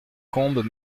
combes